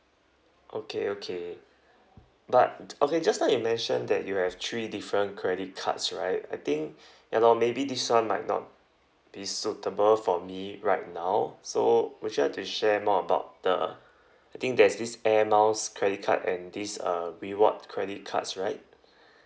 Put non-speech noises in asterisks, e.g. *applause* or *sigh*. okay okay but okay just now you mentioned that you have three different credit cards right I think *breath* ya lor maybe this [one] might not be suitable for me right now so would you like to share more about the I think there's this air miles credit card and this uh reward credit cards right *breath*